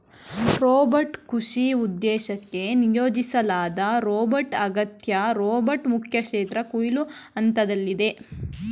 robot ಕೃಷಿ ಉದ್ದೇಶಕ್ಕೆ ನಿಯೋಜಿಸ್ಲಾದ ರೋಬೋಟ್ಆಗೈತೆ ರೋಬೋಟ್ ಮುಖ್ಯಕ್ಷೇತ್ರ ಕೊಯ್ಲು ಹಂತ್ದಲ್ಲಿದೆ